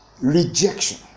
rejection